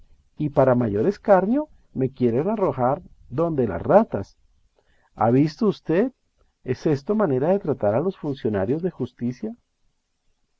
y para mayor escarnio me quieren alojar don las ratas ha visto usted es esto manera de tratar a los funcionarios de justicia